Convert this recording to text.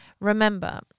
Remember